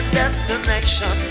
destination